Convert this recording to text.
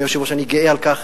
אדוני היושב-ראש: אני גאה על כך